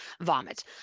vomit